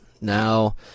Now